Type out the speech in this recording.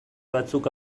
batzuk